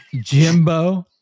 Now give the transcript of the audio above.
Jimbo